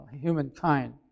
humankind